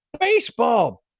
Baseball